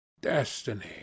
Destiny